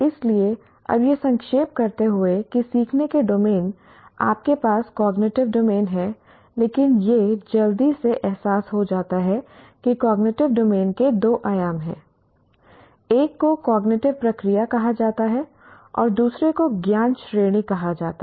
इसलिए अब यह संक्षेप करते हुए कि सीखने के डोमेन आपके पास कॉग्निटिव डोमेन है लेकिन यह जल्दी से एहसास हो जाता है कि कॉग्निटिव डोमेन के दो आयाम हैं एक को कॉग्निटिव प्रक्रिया कहा जाता है और दूसरे को ज्ञान श्रेणी कहा जाता है